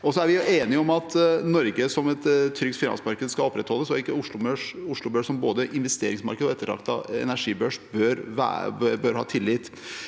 Vi er enige om at Norge som et trygt finansmarked skal opprettholdes, og at Oslo Børs som både investeringsmarked og ettertraktet